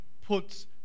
puts